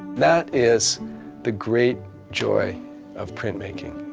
that is the great joy of printmaking.